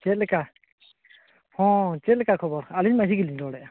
ᱪᱮᱫ ᱞᱮᱠᱟ ᱦᱚᱸ ᱪᱮᱫ ᱞᱮᱠᱟ ᱠᱷᱚᱵᱚᱨ ᱟᱹᱞᱤᱧ ᱢᱟᱺᱡᱷᱤ ᱜᱮᱞᱤᱧ ᱨᱚᱲᱮᱫᱼᱟ